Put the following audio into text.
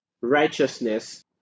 righteousness